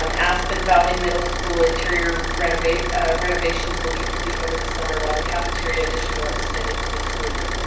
um aspen valley middle school interior renovations renovations will be complete over the summer, while the cafeteria addition will extend into the school year.